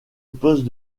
poste